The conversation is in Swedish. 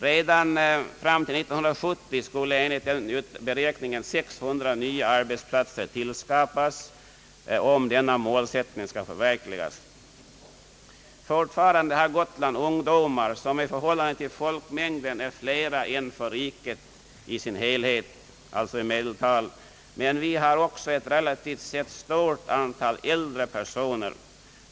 Redan fram: till 1970 skulle 600 nya arbets platser enligt beräkningen behöva tillskapas, om denna målsättning skall förverkligas. Fortfarande har Gotland ett antal ungdomar som i förhållande till folkmängden är större än medeltalet för riket i dess helhet. Men vi har också ett relativt sett stort antal äldre personer.